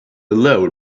alone